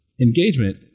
engagement